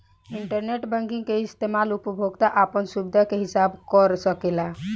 internet banking के इस्तमाल उपभोक्ता आपन सुबिधा के हिसाब कर सकेला